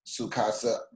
Sukasa